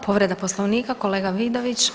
Povreda Poslovnika, kolega Vidović.